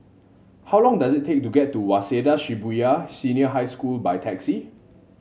how long does it take to get to Waseda Shibuya Senior High School by taxi